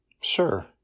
Sure